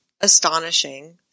astonishing